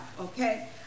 okay